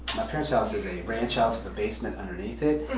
parents' house is a ranch house with a basement underneath it.